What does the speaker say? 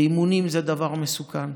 אימונים זה דבר מסוכן.